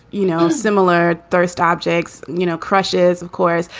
you know, similar thirst objects, you know, crushes, of course.